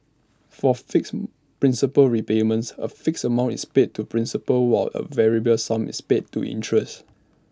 for fixed principal repayments A fixed amount is paid to principal while A variable sum is paid to interest